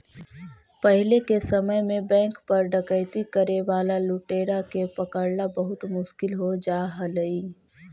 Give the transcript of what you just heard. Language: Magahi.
पहिले के समय में बैंक पर डकैती करे वाला लुटेरा के पकड़ला बहुत मुश्किल हो जा हलइ